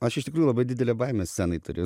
aš iš tikrųjų labai didelę baimę scenai turiu